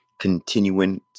continuing